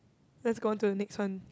let's go on to the next one